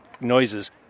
noises